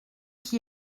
qui